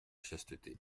chasteté